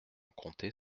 comptait